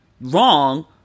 wrong